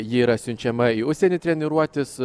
ji yra siunčiama į užsienį treniruotis